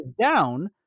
down